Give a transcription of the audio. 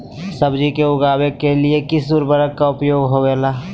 सब्जी को उगाने के लिए किस उर्वरक का उपयोग होबेला?